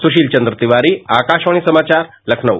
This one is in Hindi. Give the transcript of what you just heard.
सुशील चन्द्र तिवारी आकाशवाणी समाचार लखनऊ